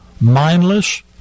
mindless